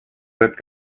that